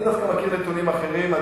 אני דווקא מכיר נתונים אחרים.